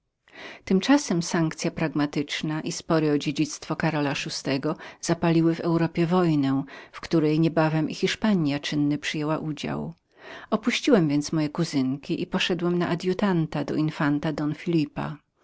tymczasem sankcya pragmatyczna i spory o dziedzictwo karola vi zapaliły w europie wojnę w której niebawem i hiszpania czynny przyjęła udział opuściłem więc moje kuzynki i poszedłem na adjutanta do infanta don phelipa